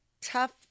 tough